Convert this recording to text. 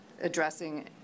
addressing